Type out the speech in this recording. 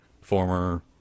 former